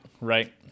Right